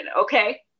Okay